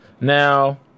Now